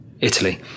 Italy